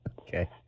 Okay